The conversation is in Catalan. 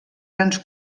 grans